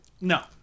No